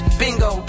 bingo